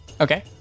Okay